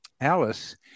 Alice